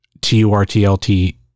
T-U-R-T-L-T